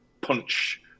punch